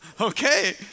okay